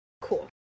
Cool